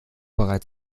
bereit